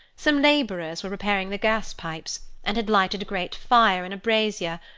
some labourers were repairing the gas-pipes, and had lighted a great fire in a brazier,